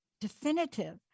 definitive